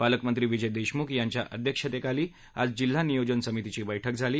पालकमंत्री विजय देशमुख यांच्या अध्यक्षतेखाली आज जिल्हा नियोजन समितीची बैठक झाली